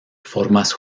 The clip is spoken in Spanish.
formas